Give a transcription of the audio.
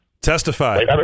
testify